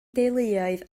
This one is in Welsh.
deuluoedd